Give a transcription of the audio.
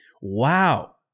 wow